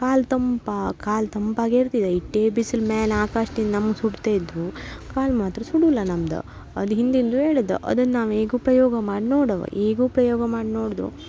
ಕಾಲು ತಂಪು ಕಾಲು ತಂಪಾಗಿರ್ತದೆ ಎಟ್ಟೇ ಬಿಸಿಲು ಮ್ಯಾಲ್ ಆಕಾಶ್ದಿಂದ ನಮ್ಮ ಸುಡ್ತ ಇದ್ದರೂ ಕಾಲು ಮಾತ್ರ ಸುಡುಲ್ಲ ನಮ್ದು ಅದು ಹಿಂದಿಂದ್ಲೂ ಹೇಳುದು ಅದನ್ನು ನಾವು ಹೇಗೂ ಪ್ರಯೋಗ ಮಾಡಿ ನೋಡವ ಈಗ್ಲೂ ಪ್ರಯೋಗ ಮಾಡಿ ನೋಡ್ದ